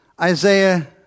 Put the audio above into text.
Isaiah